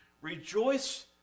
Rejoice